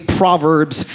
proverbs